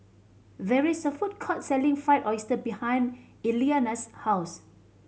there is a food court selling Fried Oyster behind Eliana's house